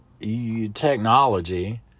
technology